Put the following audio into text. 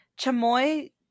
Chamoy